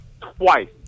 twice